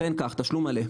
אכן כך, תשלום מלא.